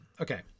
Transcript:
okay